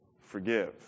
forgive